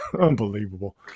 Unbelievable